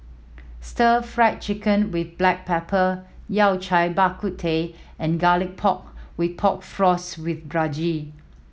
Stir Fried Chicken with black pepper Yao Cai Bak Kut Teh and Garlic Pork with Pork Floss with brinjal